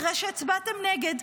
אחרי שהצבעתם נגד,